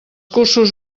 cursos